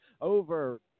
over